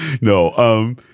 no